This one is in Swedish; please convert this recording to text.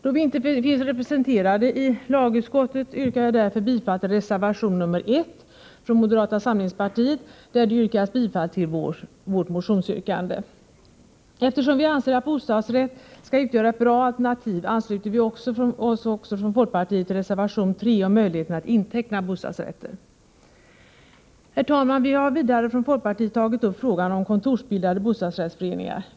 Då vi inte finns representerade i lagutskottet yrkar jag bifall till reservation nr 1 från moderata samlingspartiet, där det yrkas bifall till vårt motionsyrkande. Eftersom vi anser att bostadsrätt skall utgöra ett bra alternativ ansluter vi oss från folkpartiet också till reservation nr 3 om möjligheter att inteckna bostadsrätter. Herr talman! Vi har i folkpartiet vidare tagit upp frågan om kontorsbildade bostadsrättsföreningar.